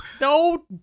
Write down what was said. No